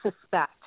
suspect